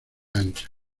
ancho